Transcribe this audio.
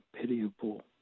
pitiable